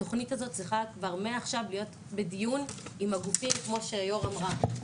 התוכנית הזאת צריכה כבר מעכשיו להיות בדיון עם הגופים כמו שהיו"ר אמרה,